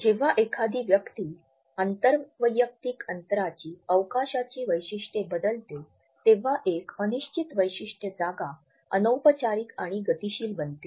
जेव्हा एखादी व्यक्ती आंतर वैयक्तिक अंतरांची अवकाशाची वैशिष्ट्ये बदलते तेव्हा एक अनिश्चित वैशिष्ट्य जागा अनौपचारिक आणि गतिशील बनते